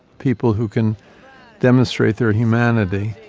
people who can demonstrate their humanity.